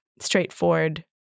straightforward